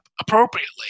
appropriately